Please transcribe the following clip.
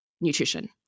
nutrition